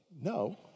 No